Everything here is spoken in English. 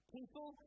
People